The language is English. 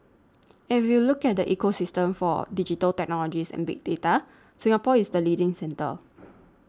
and if you look at the ecosystem for digital technologies and big data Singapore is the leading centre